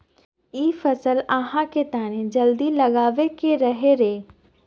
इ फसल आहाँ के तने जल्दी लागबे के रहे रे?